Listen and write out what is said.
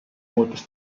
muutus